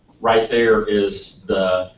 right there is the.